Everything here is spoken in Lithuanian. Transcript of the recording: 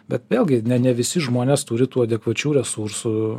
bet vėlgi ne ne visi žmonės turi tų adekvačių resursų